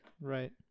Right